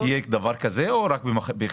המעונות יהיה דבר כזה או רק במעון אחד?